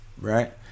Right